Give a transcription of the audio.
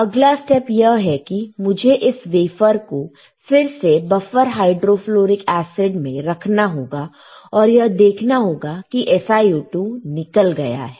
अगला स्टेप यह है कि मुझे इस वेफर को फिर से बफर हाइड्रोफ्लोरिक एसिड में रखना होगा और यह देखना होगा कि SiO2 निकल गया है